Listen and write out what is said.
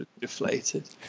deflated